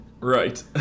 Right